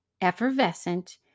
effervescent